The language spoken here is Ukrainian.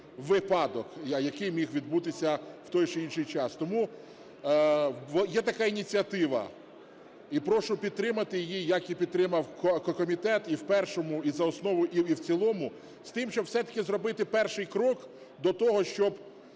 випадок, який міг відбутися в той чи інший час. Тому є така ініціатива і прошу підтримати її як і підтримав комітет і в першому, і за основу, і в цілому з тим, щоб все-таки зробити перший крок до того, щоб